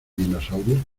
dinosaurio